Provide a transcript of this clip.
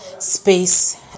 space